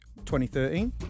2013